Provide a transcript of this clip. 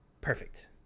perfect